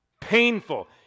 painful